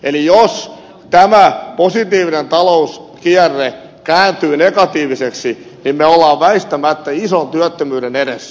eli jos tämä positiivinen talouskierre kääntyy negatiiviseksi me olemme väistämättä ison työttömyyden edessä